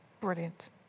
Brilliant